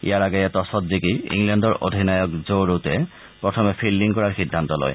ইয়াৰ আগেয়ে টছত জিকি ইংলেণ্ডৰ অধিনায়ক ৰ্জ ৰুটে প্ৰথমে ফিল্ডিং কৰাৰ সিদ্ধান্ত লয়